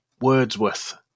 wordsworth